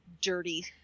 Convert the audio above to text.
dirty